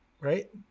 Right